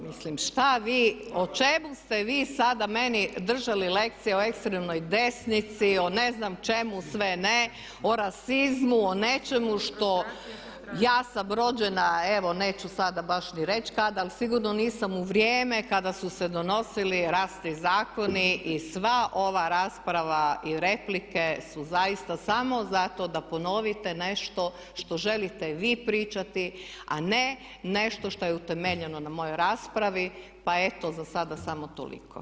Mislim šta vi, o čemu ste vi sada meni držali lekcije o ekstremnoj desnici, o ne znam čemu sve ne, o rasizmu, o nečemu što ja sam rođena evo neću sada baš ni reći kada ali sigurno nisam u vrijeme kada su se donosili razni zakoni i sva ova rasprava i replike su zaista samo zato da ponovite nešto što želite vi pričati a ne nešto što je utemeljeno na mojoj raspravi, pa eto za sada samo toliko.